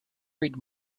read